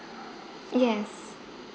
yes